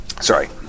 Sorry